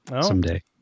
someday